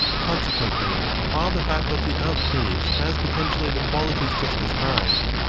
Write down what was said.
consequently, while the faculty of taste has potentially the qualities just described,